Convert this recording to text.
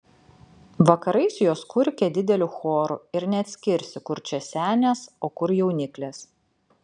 vakarais jos kurkia dideliu choru ir neatskirsi kur čia senės o kur jauniklės